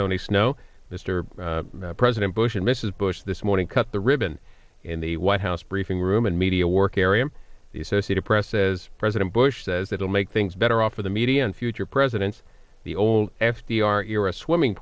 tony snow mr president bush and mrs bush this morning cut the ribbon in the white house briefing room and media work area the associated press says president bush says it will make things better off for the media and future presidents the old f d r era swimming